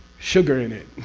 sugar in it.